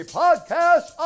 podcast